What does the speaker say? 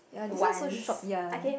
ya this one so short ya